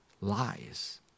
lies